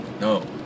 no